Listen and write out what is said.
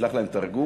תשלח להם תרגום,